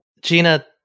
Gina